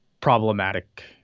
problematic